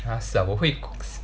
!huh! siao 我会